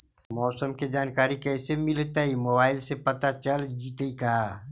मौसम के जानकारी कैसे मिलतै मोबाईल से पता चल जितै का?